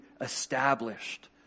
established